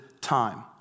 time